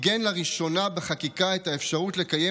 עיגן לראשונה בחקיקה את האפשרות לקיים